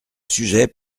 sujet